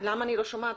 אני רק רוצה לציין שרות